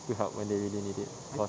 to help when they really need it cause